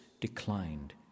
declined